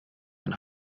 ein